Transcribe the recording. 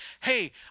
hey